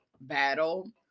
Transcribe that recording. battle